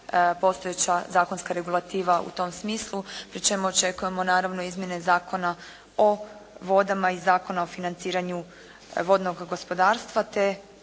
postojeća zakonska regulativa u tom smislu pri čemu očekujemo naravno izmjene Zakona o vodama i Zakona o financiranju vodnog gospodarstva